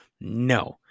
No